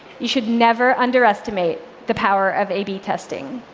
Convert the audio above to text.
you should never underestimate the power of a b testing.